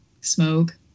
smoke